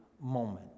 moment